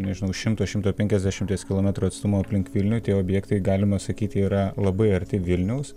nežinau šimto šimto penkiasdešimies kilometrų atstumu aplink vilnių tie objektai galima sakyti yra labai arti vilniaus